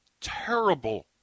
terrible